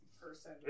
person